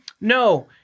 no